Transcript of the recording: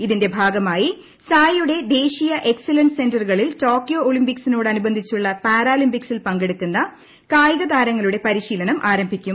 ഇതിന്റെ ഭാഗമായി സായിയുടെ ദേശീയ എക്സലൻസ് സെന്ററുകളിൽ ടോക്കിയോ ഒളിമ്പിക്സിനോട് അനുബന്ധിച്ചുള്ള പാരാലിമ്പിക്സിൽ പങ്കെടുക്കുന്ന കായിക താരങ്ങളൂടെ പരിശീലനം ആരംഭിക്കും